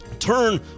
Turn